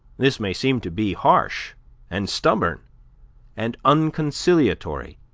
this may seem to be harsh and stubborn and unconcilliatory